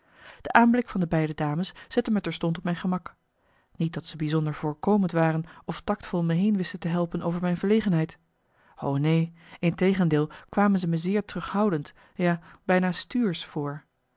de aanblik van de beide dames zette me terstond op mijn gemak niet dat ze bijzonder voorkomend waren of taktvol me heen wisten te helpen over mijn verlegenheid o neen integendeel kwamen ze me zeer terughoudend ja bijna stuursch voor